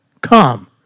Come